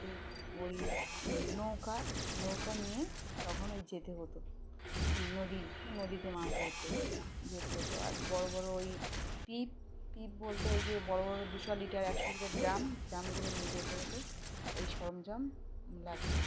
মোটামুটি ওই নৌকা নৌকা নিয়ে তখন ওই যেতে হতো নদীর নদীতে মাছ ধরতে যেতে হতো আর বড় বড় ওই পিপ পিপ বলতে ওই যে বড় বড় দুশো লিটার একশো লিটার ড্রাম ড্রামগুলো নিয়ে যেতে হতো এই সরঞ্জাম লাগতো